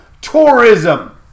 Tourism